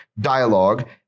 dialogue